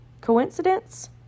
Coincidence